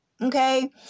okay